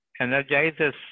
energizes